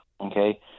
Okay